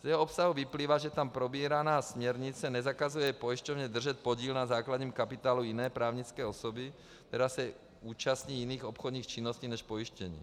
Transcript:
Z jeho obsahu vyplývá, že tam probíraná směrnice nezakazuje pojišťovně držet podíl na základním kapitálu jiné právnické osoby, která se účastní jiných obchodních činností než pojištění.